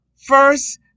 first